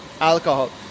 alcohol